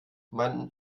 man